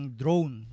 drone